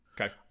Okay